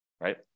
right